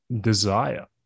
desire